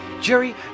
Jerry